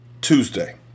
Tuesday